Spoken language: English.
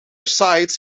sides